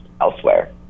elsewhere